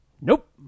Nope